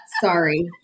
sorry